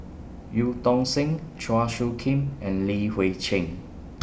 EU Tong Sen Chua Soo Khim and Li Hui Cheng